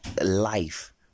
life